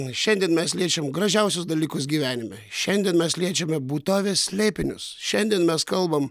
šiandien mes liečiam gražiausius dalykus gyvenime šiandien mes liečiame būtovės slėpinius šiandien mes kalbam